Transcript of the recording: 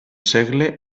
segle